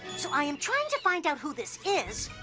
so i am trying to find out who this is,